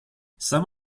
some